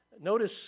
Notice